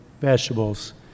vegetables